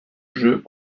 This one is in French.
jeu